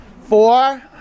Four